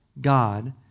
God